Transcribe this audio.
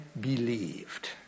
believed